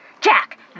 Jack